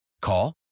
Call